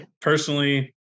personally